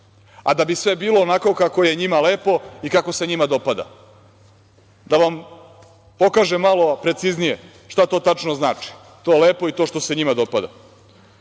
a da bi sve bilo onako kako je njima lepo i kako se njima dopada. Sada ću da vam pokažem malo preciznije šta to tačno znači, to lepo i to što se njima dopada. Izašao